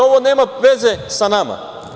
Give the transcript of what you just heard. Ovo nema veze sa nama.